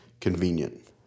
convenient